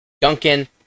Duncan